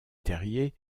terrier